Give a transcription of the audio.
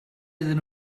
iddyn